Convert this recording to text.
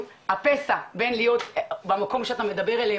שהפסע בין להיות במקום שאתה מדבר עליו